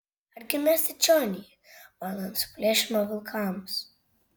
argi mesti čion jį man ant suplėšymo vilkams